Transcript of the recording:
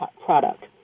product